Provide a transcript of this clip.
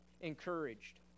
encouraged